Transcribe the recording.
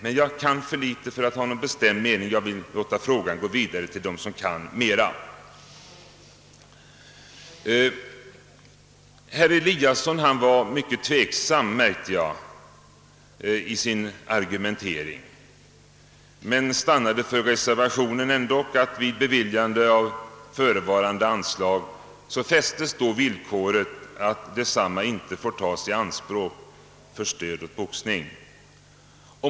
Jag kan emellertid för litet för att här ha någon bestämd mening, och jag vill låta frågan gå vidare till herr Allard och andra som kan mera. Herr Eliasson i Sundborn var mycket tveksam, märkte jag, i sin argumentering men stannade för reservationen — att vid beviljande av förevarande anslag fästes villkoret att detsamma inte får tas i anspråk för stöd åt boxning.